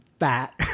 fat